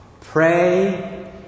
Pray